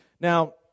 Now